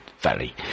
Valley